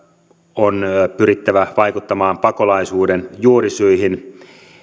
on pyrittävä vaikuttamaan pakolaisuuden juurisyihin